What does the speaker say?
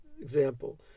example